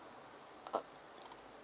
uh